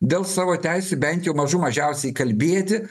dėl savo teisių bent jau mažų mažiausiai kalbėti